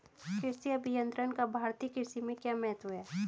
कृषि अभियंत्रण का भारतीय कृषि में क्या महत्व है?